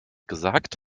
gesagt